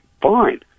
Fine